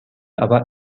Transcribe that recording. aber